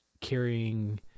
carrying